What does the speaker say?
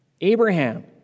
Abraham